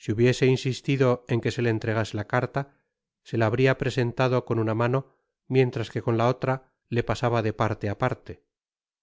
si hubie se insistido en que se le entregase la carta se la habria presenta con una mano mientras que con la oira le pasaba de parte á parte